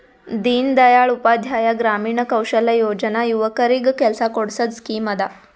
ದೀನ್ ದಯಾಳ್ ಉಪಾಧ್ಯಾಯ ಗ್ರಾಮೀಣ ಕೌಶಲ್ಯ ಯೋಜನಾ ಯುವಕರಿಗ್ ಕೆಲ್ಸಾ ಕೊಡ್ಸದ್ ಸ್ಕೀಮ್ ಅದಾ